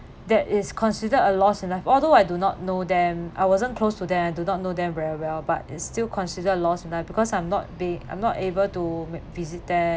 that is considered a loss enough although I do not know them I wasn't close to them I do not know them very well but it's still considered a loss enough because I'm not be I'm not able to make visit them